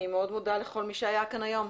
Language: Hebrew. אני מאוד מודה לכל מי שהיה כאן היום.